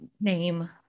name